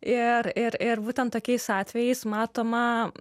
ir ir ir būtent tokiais atvejais matoma